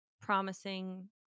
promising